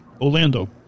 Orlando